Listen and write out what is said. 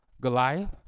Goliath